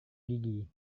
gigi